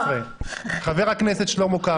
חבר הכנסת שלמה קרעי.